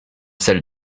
celles